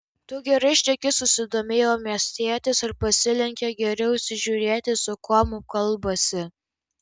tu gerai šneki susidomėjo miestietis ir pasilenkė geriau įsižiūrėti su kuom kalbasi